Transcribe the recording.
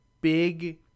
big